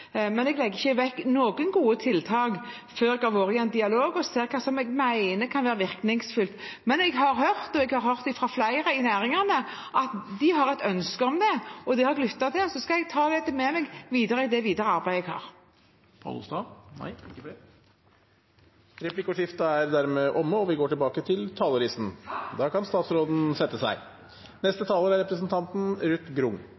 Men jeg legger ikke vekk noen gode tiltak før jeg har vært i en dialog og ser hva jeg mener kan være virkningsfullt. Jeg har hørt fra flere i næringene at de har et ønske om det, og det har jeg lyttet til. Og så skal jeg ta dette med meg i det videre arbeidet. Replikkordskiftet er dermed omme.